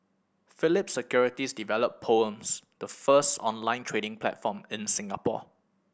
Phillip Securities developed Poems the first online trading platform in Singapore